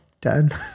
done